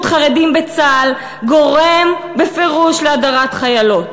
חרדים בצה"ל גורם בפירוש להדרת חיילות.